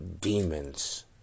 demons